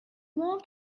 more